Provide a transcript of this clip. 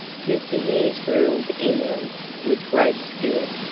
who for years ruled england with great skill,